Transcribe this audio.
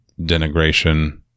denigration